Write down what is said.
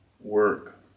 work